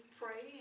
pray